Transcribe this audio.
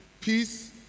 Peace